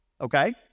okay